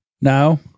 no